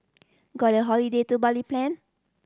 got a holiday to Bali planned